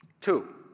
Two